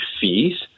fees